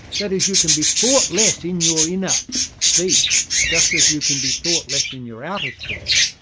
that is, you can be thought less in your inner speech, just as you can be thought less in your outer speech.